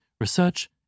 research